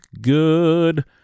good